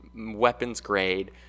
weapons-grade